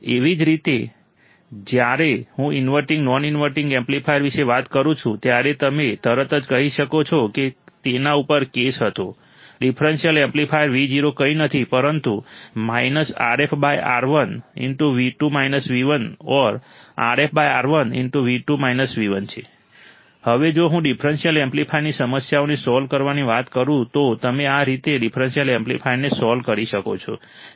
એવી જ રીતે જ્યારે હું ઇન્વર્ટિંગ નોન ઇન્વર્ટિંગ એમ્પ્લીફાયર વિશે વાત કરું છું ત્યારે તમે તરત જ કહી શકશો કે તેના ઉપર કેસ હતો ડિફરન્શિયલ એમ્પ્લીફાયર Vo કંઈ નથી પરંતુ Rf R1 or Rf R1 હવે જો હું ડિફરન્શિયલ એમ્પ્લીફાયરની સમસ્યાઓને સોલ્વ કરવાની વાત કરું તો તમે આ રીતે ડિફરન્શિયલ એમ્પ્લીફાયરને સોલ્વ કરી શકો છો